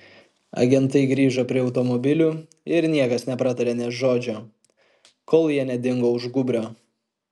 agentai grįžo prie automobilių ir niekas nepratarė nė žodžio kol jie nedingo už gūbrio